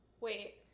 Wait